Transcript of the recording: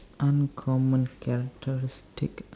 uncommon characteristic